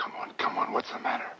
come on come on what's the matter